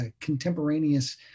contemporaneous